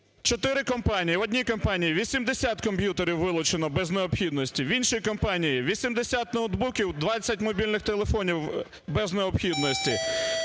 Чотири компанії, в одній компанії 80 комп'ютерів вилучено без необхідності, в іншій компанії – 80 ноутбуків, 20 мобільних телефонів без необхідності.